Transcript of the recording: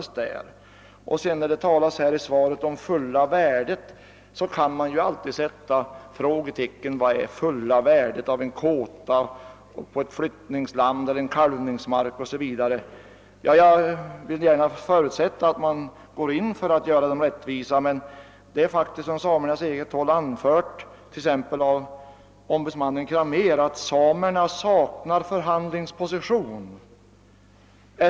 I det lämnade svaret säges att skada och intrång som vållas av undersökningsarbetet skall ersättas till fulla värdet, och då kan ju sättas ett frågetecken för vad som är fulla värdet av en kåta, ett flyttningsland eller ett kalvningsområde. Jag förutsätter att man i sådana fall verkligen försöker att göra samerna rättvisa. Det har emellertid från samernas eget håll, exempelvis av ombudsmannen Cramér i Svenska samernas riksförbund, anförts att samerna saknar förhandlingsposition.